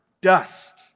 dust